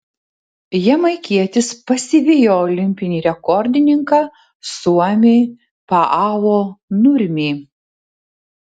jamaikietis pasivijo olimpinį rekordininką suomį paavo nurmį